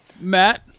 Matt